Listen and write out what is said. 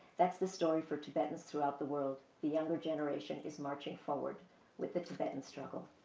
that's the story for tibetans throughout the world. the younger generation is marking forward with the tibetan struggle.